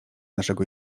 naszego